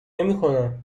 نمیکنم